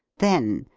then,